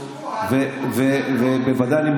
את זה בוודאי,